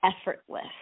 effortless